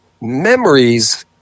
memories